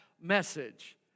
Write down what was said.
message